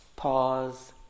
pause